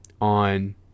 on